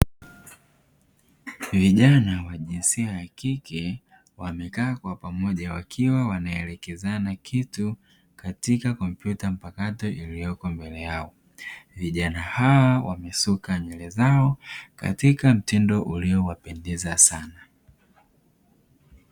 Vijana wa jinsia ya kike wamekaa kwa pamoja wakiwa wanaelekezana kitu katika kompyuta mpakato, iliyoko mbele yao vijana hao wamesuka nywele zao katika mtindo uliowapendeza sana.